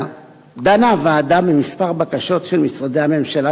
דנה הוועדה בכמה בקשות של משרדי ממשלה